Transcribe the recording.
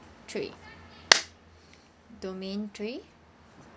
three domain three